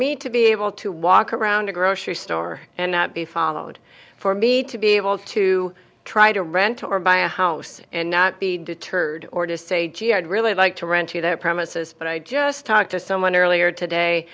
me to be able to walk around a grocery store and be followed for me to be able to try to rent or buy a house and not be deterred or to say gee i'd really like to rent you that premises but i just talked to someone earlier today